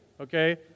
okay